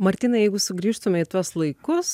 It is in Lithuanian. martynai jeigu sugrįžtume į tuos laikus